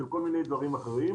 של כל מיני דברים אחרים.